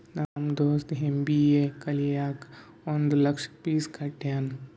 ನಮ್ ದೋಸ್ತ ಎಮ್.ಬಿ.ಎ ಕಲಿಲಾಕ್ ಒಂದ್ ಲಕ್ಷ ಫೀಸ್ ಕಟ್ಯಾನ್